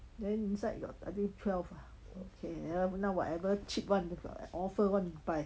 then inside got I think twelve ah okay now whatever cheap [one] offer [one] buy